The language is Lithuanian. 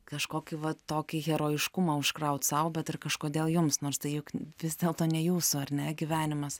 kažkokį va tokį herojiškumą užkraut sau bet ir kažkodėl jums nors tai juk vis dėlto ne jūsų ar ne gyvenimas